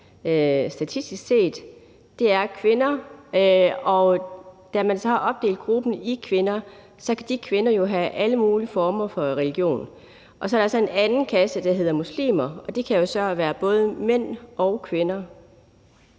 statistisk set, er for kvinder, og da man så har opdelt gruppen i kvinder, kan de kvinder jo have alle mulige former for religion. Så er der en anden kasse, der hedder muslimer, og de kan jo så være både mænd og kvinder.